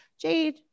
Jade